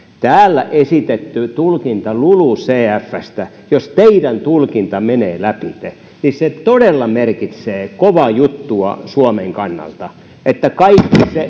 täällä esitetty tulkinta lulucfstä jos teidän tulkintanne menee läpi niin se todella merkitsee kovaa juttua suomen kannalta että se